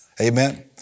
Amen